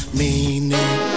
meaning